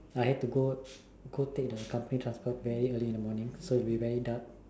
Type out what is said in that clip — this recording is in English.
I had to go go take the company transport early in the morning so it will be very dark